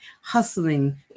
hustling